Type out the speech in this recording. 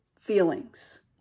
feelings